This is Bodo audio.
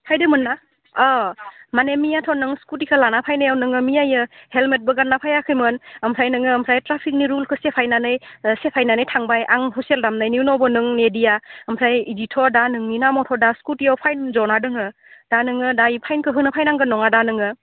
फैदोमोन ना अ माने मैयाथ' नों स्खुटिखौ लाना फैनायाव नोङो मैया हेलमेटबो गानना फैयाखैमोन ओमफ्राय नोङो ट्राफिकनि रुलखो सिफायनानै थांबाय आं हुइसेल दामनायनि उनावबो नों नेदिया ओमफ्राय बिदिथ' नोंनि नामावथ' दा स्खुटियाव फाइन जना दङ दा नोङो दा बे फाइनखौ होनो फैनांगोन नङादा नोङो